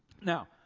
Now